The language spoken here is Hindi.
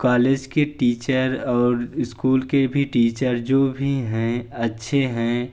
कॉलेज के टीचर और स्कूल के भी टीचर जो भी हैं अच्छे हैं